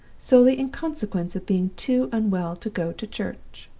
solely in consequence of being too unwell to go to church!